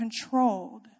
controlled